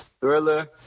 Thriller